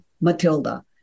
Matilda